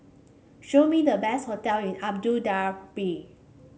show me the best hotel in Abu Dhabi